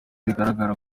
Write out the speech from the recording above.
bigaragara